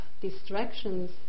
distractions